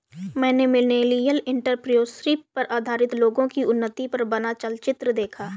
मैंने millennial entrepreneurship पर आधारित लोगो की उन्नति पर बना चलचित्र देखा